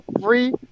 free